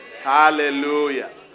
Hallelujah